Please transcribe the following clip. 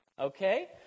Okay